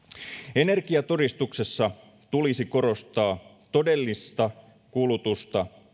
energiatodistuksessa tulisi korostaa todellista kulutusta